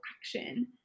action